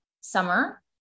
summer